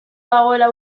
dagoela